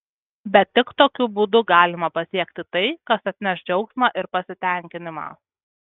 bet tik tokiu būdu galima pasiekti tai kas atneš džiaugsmą ir pasitenkinimą